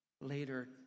later